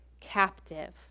captive